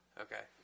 Okay